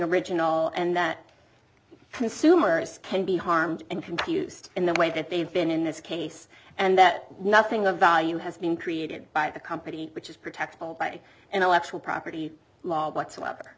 original and that consumers can be harmed and confused in the way that they've been in this case and that nothing of value has been created by the company which is protected by intellectual property law whatsoever